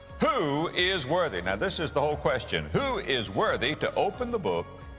who is worthy now this is the whole question, who is worthy to open the book,